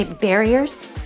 barriers